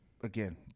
again—